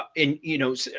in, you know,